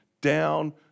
down